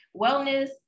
wellness